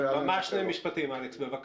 ממש שני משפטים, אלכס, בבקשה.